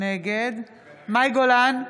נגד מאי גולן,